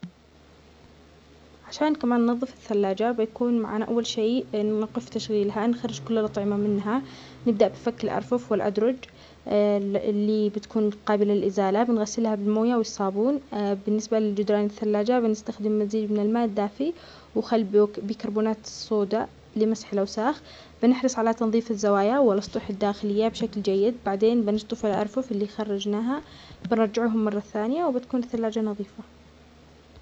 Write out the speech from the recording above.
لننظف الثلاجة نقف وتشغيلها نخرج كل الطعم منها نفكي الأرفوف والأدرج من قابل الإزالة نغسلها بالمياه والصابون بالنسبة للجدران الثلاجة نستخدم مزيد من الماء الدافي ونظعه بكربونات الصودا لمسح لوساخ نحرص على تنظيف الزوأيا والأسطح الداخلية بشكل جيد ثم نشتف الأرفوف التي خرجناها نرجعها مرة ثانية ونكون الثلاجة نظيفة.